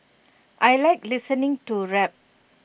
I Like listening to rap